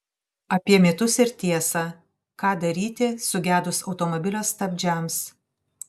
apie mitus ir tiesą ką daryti sugedus automobilio stabdžiams